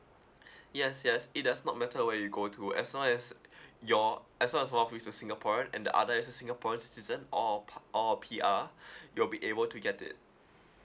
yes yes it does not matter where you go to as long as you're as long as one of you is a singaporean and the other is a singaporean citizen or P~ or P_R you'll be able to get it